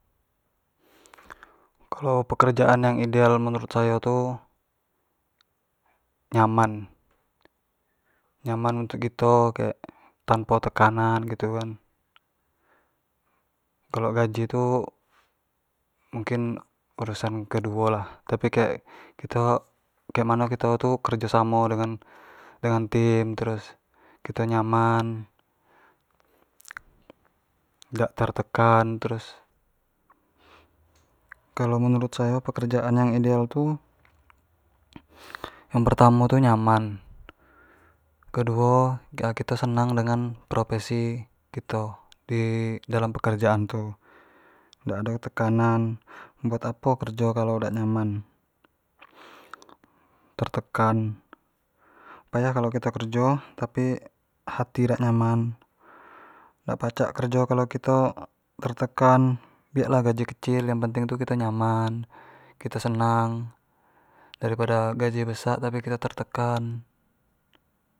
kalau pekerjaan yang ideal menurut sayo tu, nyaman. Nyaman untuk kito kek tanpa tekanan gitu kan, kalau gaji tu mungkin urusan keduo lah tapi kek kito, kek mano kito kerjo samo dengan-dengan tim terus kito nyaman gak tertekan terus kalu menurut sayo pekerjaan yang ideal tu yang pertamo tu nyaman, keduo biar kito senang dengan profesi kito di dalam pekerjaan tu dak ado tekanan buat apo kerjo kalau dak nyaman tertekan payah kalo kito kerjo tapi hati dak nyaman, dak pacak kerjo kalo kito tertekan biak lah gaji kecil yang penting kito nyaman, kito senang dari pado gaji besak kito tertekan.